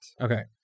Okay